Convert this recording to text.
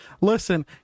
Listen